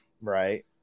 Right